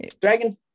dragon